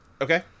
Okay